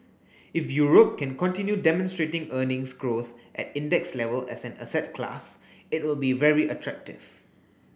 if Europe can continue demonstrating earnings growth at index level as an asset class it will be very attractive